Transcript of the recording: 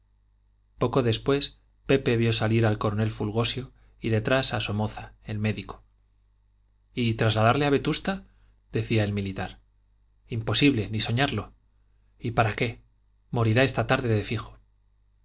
poco después pepe vio salir al coronel fulgosio y detrás a somoza el médico y trasladarle a vetusta decía el militar imposible ni soñarlo y para qué morirá esta tarde de fijo